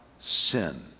sin